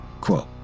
Quote